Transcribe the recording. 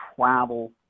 travel